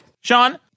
Sean